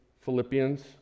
Philippians